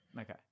okay